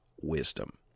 wisdom